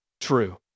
true